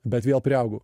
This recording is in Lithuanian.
bet vėl priaugau